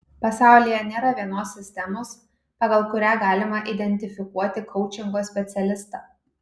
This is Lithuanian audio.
pasaulyje nėra vienos sistemos pagal kurią galima identifikuoti koučingo specialistą